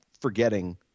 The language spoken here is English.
forgetting